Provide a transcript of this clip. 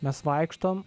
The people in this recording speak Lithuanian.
mes vaikštom